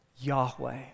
Yahweh